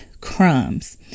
crumbs